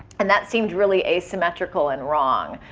and that seemed really asymmetrical and wrong.